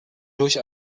durch